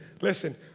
listen